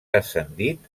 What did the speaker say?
ascendit